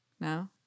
No